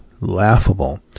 laughable